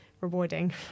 rewarding